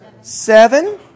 seven